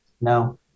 No